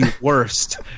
worst